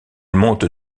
monte